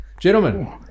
Gentlemen